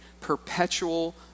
perpetual